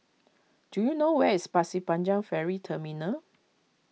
do you know where is Pasir Panjang Ferry Terminal